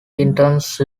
intense